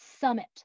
summit